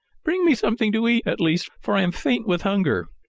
bring me something to eat, at least, for i am faint with hunger.